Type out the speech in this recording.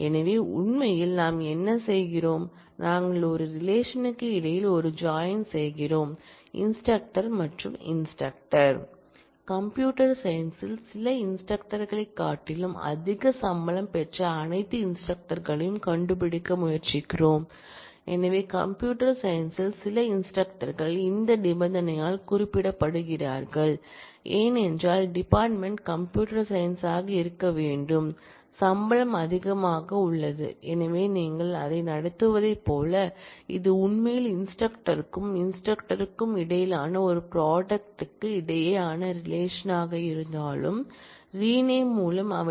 எனவே உண்மையில் நாம் என்ன செய்கிறோம் நாங்கள் ஒரே ரிலேஷன் க்கு இடையில் ஒரு ஜாயின் செய்கிறோம் இன்ஸ்டிரக்டர் மற்றும் இன்ஸ்டிரக்டர்